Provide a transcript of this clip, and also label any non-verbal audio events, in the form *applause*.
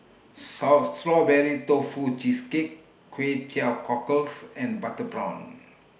*unintelligible* Strawberry Tofu Cheesecake Kway Teow Cockles and Butter Prawn